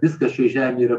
viskas šioj žemėj yra